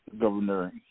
governor